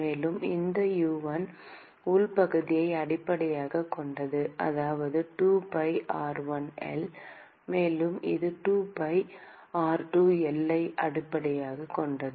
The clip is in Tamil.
மேலும் இந்த U1 உள்பகுதியை அடிப்படையாகக் கொண்டது அதாவது 2pi r1 L மேலும் இது 2pi r2 L ஐ அடிப்படையாகக் கொண்டது